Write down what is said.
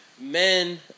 Men